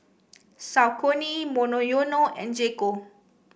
Saucony Monoyono and J Co